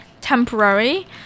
Temporary